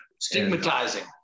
stigmatizing